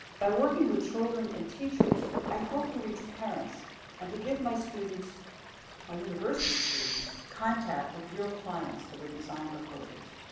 by working with children and teachers, i hoped to reach parents and to give my students my university students contact with real clients for their design proposals.